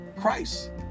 Christ